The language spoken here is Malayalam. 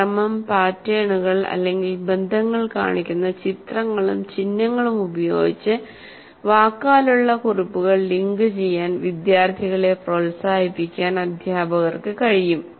ക്രമം പാറ്റേണുകൾ അല്ലെങ്കിൽ ബന്ധങ്ങൾ കാണിക്കുന്ന ചിത്രങ്ങളും ചിഹ്നങ്ങളും ഉപയോഗിച്ച് വാക്കാലുള്ള കുറിപ്പുകൾ ലിങ്കുചെയ്യാൻ വിദ്യാർത്ഥികളെ പ്രോത്സാഹിപ്പിക്കാൻ അധ്യാപകർക്ക് കഴിയും